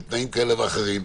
בתנאים כאלה ואחרים,